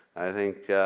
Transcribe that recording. i think